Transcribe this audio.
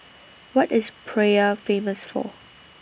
What IS Praia Famous For